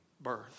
birth